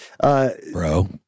Bro